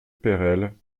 perelle